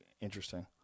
interesting